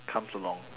comes along